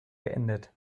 beendet